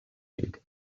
league